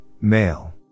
male